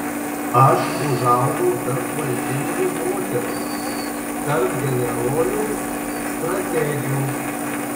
aš užaugau tarp valdingų moterų tarp generolių strategių